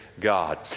god